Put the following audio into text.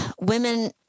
women